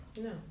no